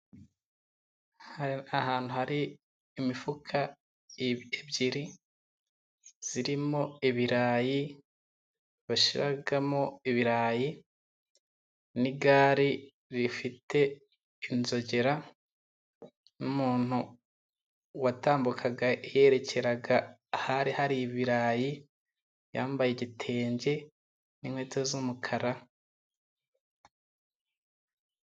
Ahantu hari imifuka ebyiri irimo ibirayi, bashiramo ibirayi, n'igare rifite inzogera, n'umuntu watambukaga yerekera ahari hari ibirayi, yambaye igitenge n'inkweto z'umukara.